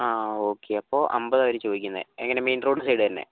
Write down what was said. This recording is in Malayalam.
ആ ഓക്കെ അപ്പോൾ അമ്പതാണ് അവർ ചോദിക്കുന്നത് എങ്ങനെ മെയിൻ റോഡിന് സൈഡ് തന്നെ